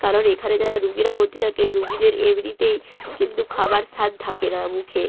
কারণ এখানে যারা রুগীরা ভর্তি থাকে রুগীদের এমনিতেই কিন্তু খাবার স্বাদ থাকে না মুখে